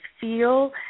feel